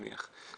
אני מניח.